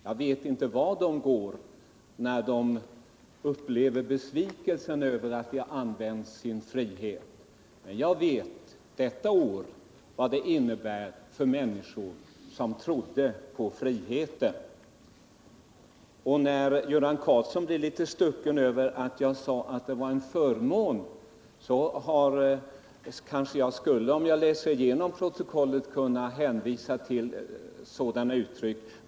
Jag vet inte vart människor går när de upplever besvikelse över att de har använt sin frihet, men jag vet vad det innebär för människor som trodde på friheten. Göran Karlsson blev litet irriterad över att jag sade att det var en förmån. Om jag läser igenom protokollet kanske jag skulle kunna hänvisa till sådana uttryck.